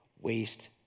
waste